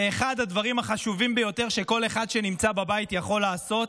זה אחד הדברים החשובים ביותר שכל אחד שנמצא בבית יכול לעשות.